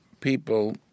people